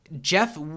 Jeff